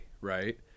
right